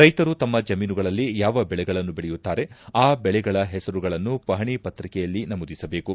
ರೈತರು ತಮ್ಮ ಜಮೀನುಗಳಲ್ಲಿ ಯಾವ ಬೆಳೆಗಳನ್ನು ಬೆಳೆಯುತ್ತಾರೆ ಆ ಬೆಳೆಗಳ ಹೆಸರುಗಳನ್ನು ಪಹಣಿ ಪತ್ರಿಕೆಯಲ್ಲಿ ನಮೂದಿಸಬೇಕು